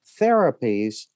therapies